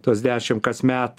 tuos dešim kasmet